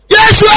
Yes